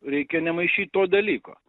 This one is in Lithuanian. reikia nemaišyt to dalyko